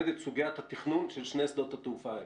סוגיית התכנון של שני שדות התעופה האלו?